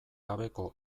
gabeko